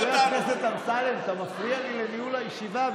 חבר הכנסת אמסלם, אתה מפריע לי בניהול הישיבה.